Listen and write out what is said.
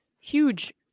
huge